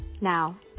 now